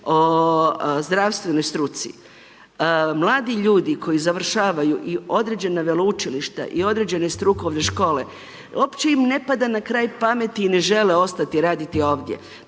o zdravstvenoj struci. Mladi ljudi koji završavaju i određena veleučilišta i određene strukovne škole, uopće im ne pada na kraj pameti i ne žele ostati raditi ovdje.